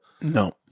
No